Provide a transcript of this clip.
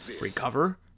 Recover